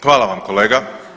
Hvala vam kolega.